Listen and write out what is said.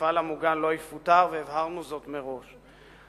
מהמפעל המוגן לא יפוטר, והבהרנו זאת מראש.